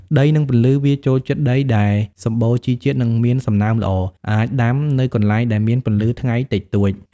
ដី និងពន្លឺ វាចូលចិត្តដីដែលសំបូរជីជាតិ និងមានសំណើមល្អ អាចដាំនៅកន្លែងដែលមានពន្លឺថ្ងៃតិចតួច ។